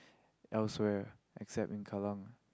elsewhere except in Kallang